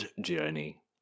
Journey